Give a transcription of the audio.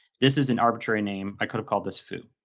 this is an arbitrary name, i could've called this foo.